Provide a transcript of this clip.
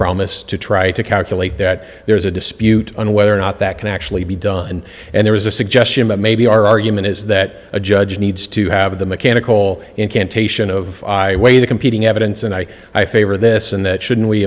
promise to try to calculate that there is a dispute on whether or not that can actually be done and there is a suggestion that maybe our argument is that a judge needs to have the mechanical incantation of way the competing evidence and i i favor this and that shouldn't we